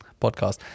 podcast